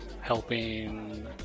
helping